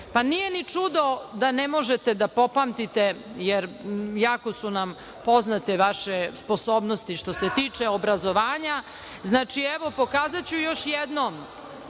pa nije ni čudo da ne možete da popamtite, jer jako su nam poznate vaše sposobnosti što se tiče obrazovanja. Pokazaću još jednom,